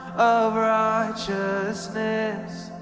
of righteousness